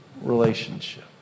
relationship